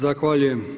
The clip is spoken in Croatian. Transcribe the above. Zahvaljujem.